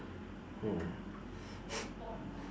mm